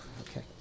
Okay